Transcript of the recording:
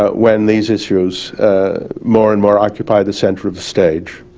ah when these issues more and more occupy the center of stage.